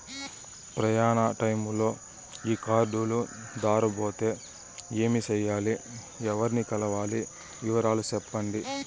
ప్రయాణ టైములో ఈ కార్డులు దారబోతే ఏమి సెయ్యాలి? ఎవర్ని కలవాలి? వివరాలు సెప్పండి?